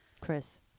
Chris